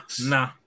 Nah